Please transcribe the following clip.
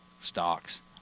stocks